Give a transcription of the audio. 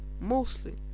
mostly